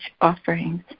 offerings